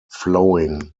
flowing